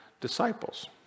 disciples